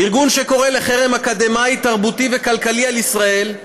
ארגון שקורא לחרם אקדמי, תרבותי וכלכלי על ישראל,